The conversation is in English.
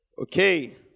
Okay